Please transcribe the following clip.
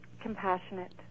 Compassionate